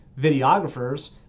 videographers